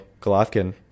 Golovkin